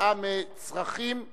כתוצאה מצרכים קיומיים,